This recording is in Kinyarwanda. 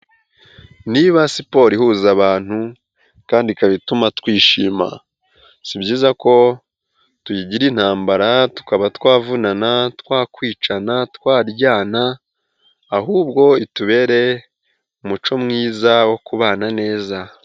Niba siporo ihuza abantu kandi ikaba ituma twishima, si byiza ko tuyigira intambara tukaba twavunana, twakwicana, twaryana ahubwo itubereye umuco mwiza wo kubana neza.